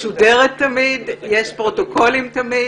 שתמיד משודרת ותמיד יש פרוטוקולים.